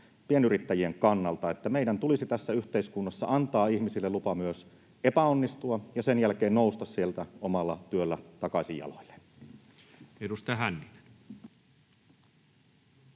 pienyrittäjien kannalta. Meidän tulisi tässä yhteiskunnassa antaa ihmisille lupa myös epäonnistua ja sen jälkeen nousta sieltä omalla työllä takaisin jaloilleen. [Speech 122]